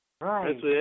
Right